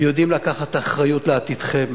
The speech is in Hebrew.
ויודעים לקחת אחריות לעתידכם